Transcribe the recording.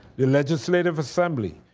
the legislative assembly,